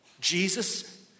Jesus